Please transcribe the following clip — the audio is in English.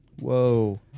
Whoa